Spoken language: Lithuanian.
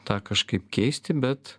tą kažkaip keisti bet